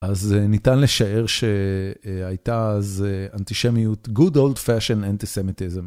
אז זה ניתן לשער שהייתה אז אנטישמיות Good Old Fashioned Antisemitism.